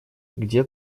где